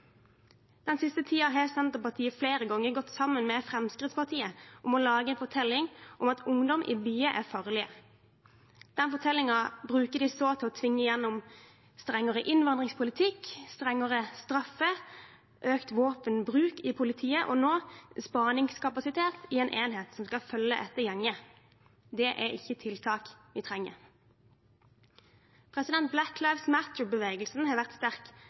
Den siste tiden har Senterpartiet flere ganger gått sammen med Fremskrittspartiet om å lage en fortelling om at ungdom i byer er farlige. Den fortellingen bruker de så til å tvinge gjennom strengere innvandringspolitikk, strengere straffer, økt våpenbruk i politiet – og nå spaningskapasitet i en enhet som skal følge etter gjenger. Det er ikke tiltak vi trenger. Black Lives Matter-bevegelsen har vært sterk